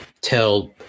tell